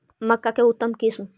मक्का के उतम किस्म?